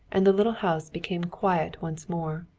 and the little house became quiet once more.